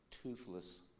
toothless